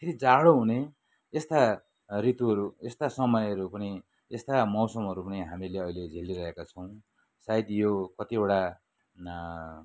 फेरि जाडो हुने यस्ता ऋतुहरू यस्ता समयहरू पनि यस्ता मौसमहरू पनि हामीले अहिले झेलिरहेका छौँ सायद यो कतिवटा